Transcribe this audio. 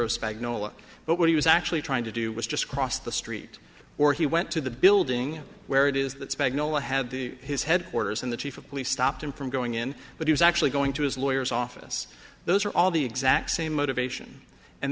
of spag no luck but what he was actually trying to do was just cross the street or he went to the building where it is that's bagnall had the his headquarters and the chief of police stopped him from going in but he was actually going to his lawyers office those are all the exact same motivation and